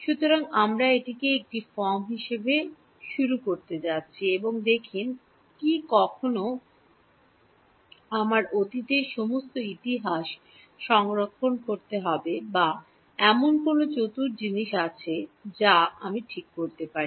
সুতরাং আমরা এটিকে একটি ফর্ম হিসাবে শুরু করতে যাচ্ছি এবং দেখুন কি এখনও আমার অতীতের সমস্ত ইতিহাস সংরক্ষণ করতে হবে বা এমন কোনও চতুর জিনিস আছে যা আমি ঠিক করতে পারি